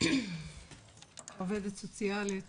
כעובדת סוציאלית